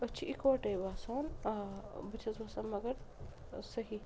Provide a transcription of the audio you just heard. أسی چھِ اِکووٹٔے بسان آ بہٕ چھیٚس بَسان مگر ٲں صحیٖح